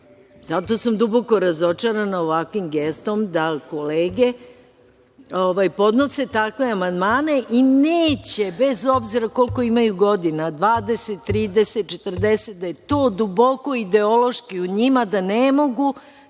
Zato sam duboko razočarana ovakvim gestom da kolege podnose takve amandmane i neće, bez obzira koliko imaju godina, 20, 30, 40, da je to duboko ideološki u njima, da ne mogu